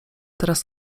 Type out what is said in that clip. teraz